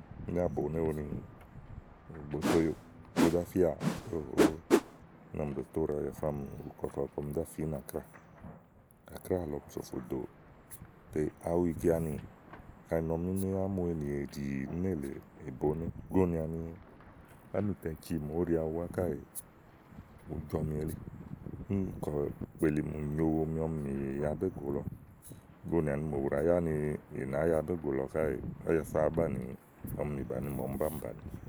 ú náa bòonéówo ni bòó to óyòo kó zà fíà óhòó. úni ɔmi áŋka to úɖa Ájafá ni u kɔkɔ kɔm zá fìínɛ Akráà Àkráà lɔ ɔmi sòfò dò tè awu ikeanì kaɖi ì nɔ ni ína mu ènìèɖì nélèe, ì boné gonìà ni ámìtɛ ciì mò óɖi aɖu búá káèè ùú jɔmi elí, ù nyo uwomi ɔmi mì ya bégù lɔ gonìà ni mo bù ɖo yá ni ì nàá ya bégù lɔ káèè Ájafá àá banìi ɔmi mì bàni màa ɔmi báà mì bàni.